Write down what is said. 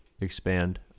expand